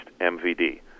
MVD